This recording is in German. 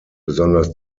besonders